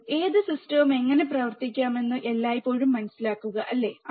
വീണ്ടും ഏത് സിസ്റ്റവും എങ്ങനെ പ്രവർത്തിപ്പിക്കാമെന്ന് എല്ലായ്പ്പോഴും മനസിലാക്കുക അല്ലേ